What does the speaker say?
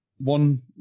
one